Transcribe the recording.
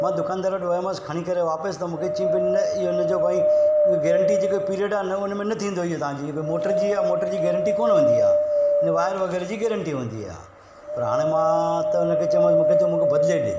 मां दुकानदारु वटि वयोमांसि खणी करे वापसि त मूंखे चई बि न ई हिन जो भाई हुअ गारंटी जेको पीरियड आहे हुन में न थींदो इहो तव्हांजो मोटर जी आहे मोटर जी गारंटी कोन हूंदी आहे हिन वायर वग़ैरह जी गारंटी हूंदी आहे पर हाणे मां त हुन खे चवनि मूंखे तूं मूंखे बदिले ॾे